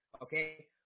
okay